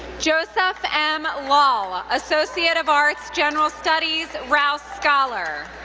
joseph m. loll, ah associate of arts, general studies, rouse scholar.